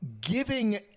giving